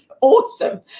awesome